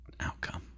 Outcome